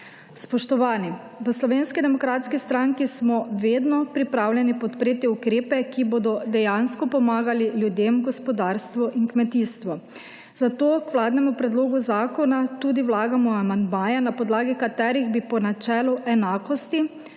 Spoštovani! V Slovenski demokratski stranki smo vedno pripravljeni podpreti ukrepe, ki bodo dejansko pomagali ljudem, gospodarstvu in kmetijstvu. Zato k vladnemu predlogu zakona tudi vlagamo amandmaje, na podlagi katerih bi po načelu enakosti